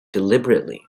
deliberately